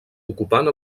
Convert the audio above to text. ocupant